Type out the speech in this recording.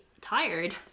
tired